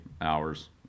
hours